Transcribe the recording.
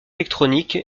électronique